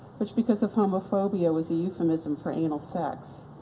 which because of homophobia was a euphemism for anal sex.